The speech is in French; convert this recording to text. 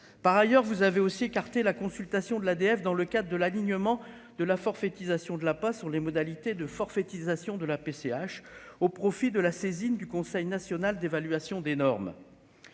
par ailleurs, vous avez aussi écarté la consultation de l'ADF, dans le cadre de l'alignement de la forfaitisation de la pas sur les modalités de forfaitisation de la PCH au profit de la saisine du Conseil national d'évaluation des normes,